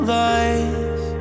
life